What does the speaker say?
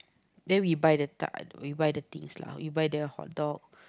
then we buy the tub we buy the things lah we buy the hot dog